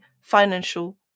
financial